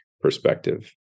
perspective